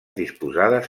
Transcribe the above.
disposades